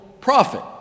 profit